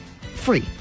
free